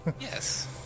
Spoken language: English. Yes